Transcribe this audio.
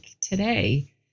today